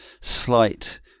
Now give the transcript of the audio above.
slight